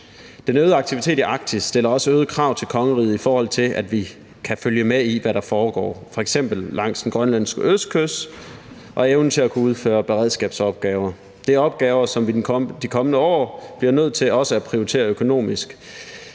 Den øgede aktivitet i Arktis stiller også øgede krav til kongeriget, i forhold til at vi kan følge med i, hvad der foregår, f.eks. langs den grønlandske østkyst og i forhold til evnen til at kunne udføre beredskabsopgaver. Det er opgaver, som vi i de kommende år også bliver nødt til at prioritere økonomisk